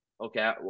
okay